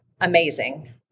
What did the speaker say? amazing